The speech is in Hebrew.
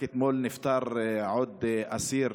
רק אתמול נפטר עוד אסיר,